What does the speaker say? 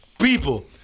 people